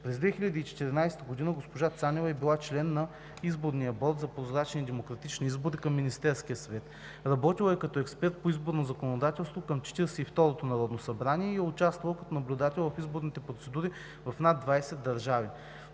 През 2014 г. госпожа Цанева е била член на изборния борд за прозрачни и демократични избори към Министерския съвет, работила е като експерт по изборно законодателство към 42-рото Народно събрание и е участвала като наблюдател в изборните процедури в над 20 държави.